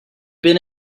been